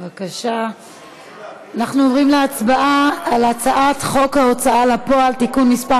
אנחנו עוברים להצבעה על הצעת חוק ההוצאה לפועל (תיקון מס'